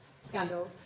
scandal